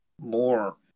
more